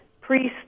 priests